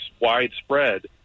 widespread